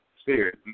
spirit